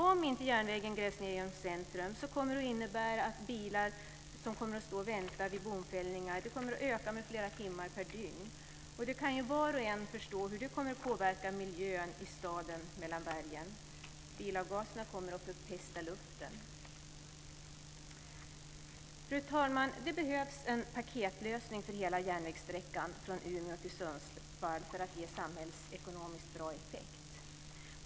Om järnvägen inte grävs ned genom centrum kommer det att innebära att bilar står och väntar vid bomfällningar. Det kommer att öka med flera timmar per dygn. Var och en kan förstå hur det kommer att påverka miljön i staden mellan bergen. Bilavgaserna kommer att förpesta luften. Fru talman! Det behövs en paketlösning för hela järnvägssträckan från Umeå till Sundsvall för att ge en bra samhällsekonomisk effekt.